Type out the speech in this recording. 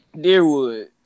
Deerwood